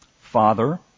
Father